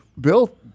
Bill